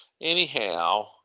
anyhow